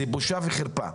זה בושה וחרפה.